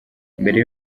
mbere